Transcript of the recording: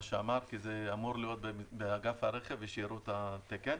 שאמר כי זה אמור להיות באגף הרכב ושיראו את התקן.